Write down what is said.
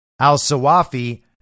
al-Sawafi